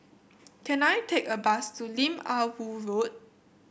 can I take a bus to Lim Ah Woo Road